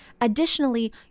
additionally